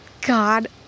God